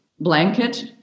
blanket